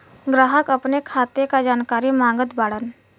ग्राहक अपने खाते का जानकारी मागत बाणन?